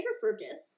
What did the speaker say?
Fergus